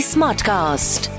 Smartcast